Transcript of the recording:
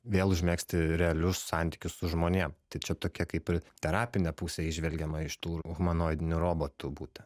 vėl užmegzti realius santykius su žmonėm tai čia tokia kaip ir terapinė pusė įžvelgiama iš tų humanoidinių robotų būtent